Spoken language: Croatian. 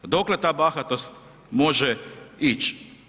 Dokle ta bahatost može ić?